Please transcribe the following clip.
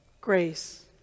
Grace